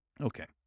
Okay